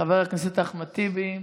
חבר הכנסת אחמד טיבי,